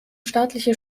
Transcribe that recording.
staatliche